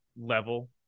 level